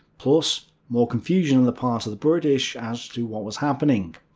plus more confusion on the part of the british as to what was happening.